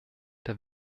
der